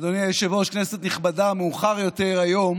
אדוני היושב-ראש, כנסת נכבדה, מאוחר יותר היום